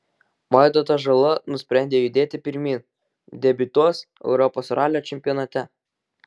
vaidotas žala nusprendė judėti pirmyn debiutuos europos ralio čempionate